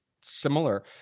similar